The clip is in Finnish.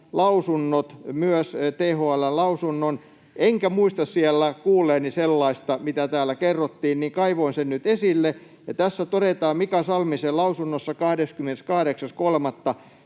lausunnot, myös THL:n lausunnon, enkä muista siellä kuulleeni sellaista, mitä täällä kerrottiin, niin kaivoin sen nyt esille. Tässä Mika Salmisen lausunnossa 28.3.